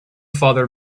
father